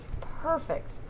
perfect